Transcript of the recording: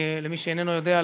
למי שאיננו יודע,